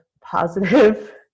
positive